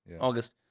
August